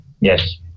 Yes